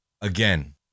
again